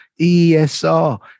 ESR